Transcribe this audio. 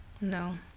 No